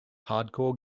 hardcore